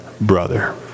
brother